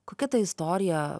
kokia ta istorija